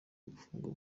gufungwa